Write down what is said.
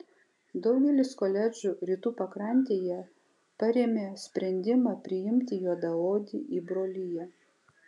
daugelis koledžų rytų pakrantėje parėmė sprendimą priimti juodaodį į broliją